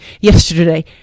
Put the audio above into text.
yesterday